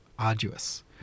arduous